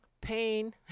pain